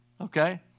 okay